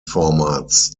formats